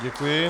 Děkuji.